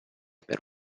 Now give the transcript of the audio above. per